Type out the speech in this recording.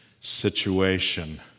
situation